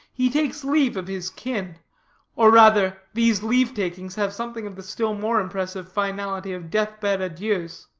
he takes leave of his kin or rather, these leave-takings have something of the still more impressive finality of death-bed adieus.